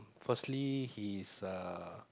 firstly he's a